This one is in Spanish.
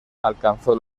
alcanzó